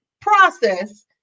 process